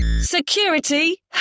Security